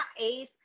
Ace